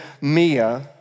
Mia